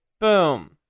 Boom